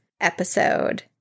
episode